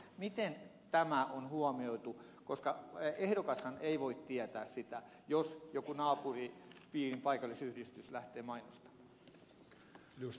miten tämä on huomioitu koska ehdokashan ei voi tietää sitä jos joku naapuripiirin paikallisyhdistys lähtee mainostamaan